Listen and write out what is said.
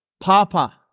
Papa